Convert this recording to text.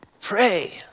Pray